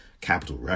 Capital